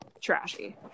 trashy